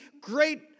great